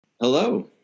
Hello